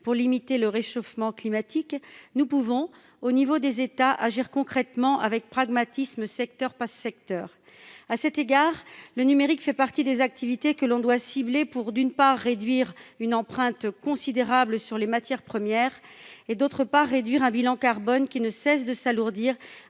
pour limiter le réchauffement climatique, nous pouvons néanmoins, à l'échelon des États, agir concrètement et avec pragmatisme, secteur par secteur. À cet égard, le numérique fait partie des activités que l'on doit cibler pour réduire, d'une part, une empreinte considérable sur les matières premières et, d'autre part, un bilan carbone qui ne cesse de s'alourdir